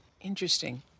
Interesting